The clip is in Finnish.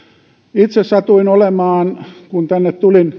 itse satuin olemaan kun tänne tulin